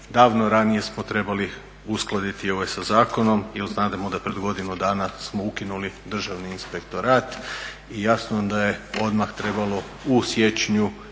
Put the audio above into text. davno ranije smo trebali uskladiti sa zakonom jel znademo da je pred godinu dana smo ukinuli državni inspektorat i jasno da je odmah trebalo u siječnju